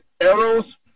arrows